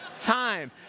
time